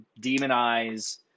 demonize